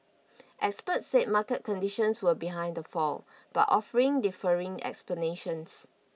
experts said market conditions were behind the fall but offering differing explanations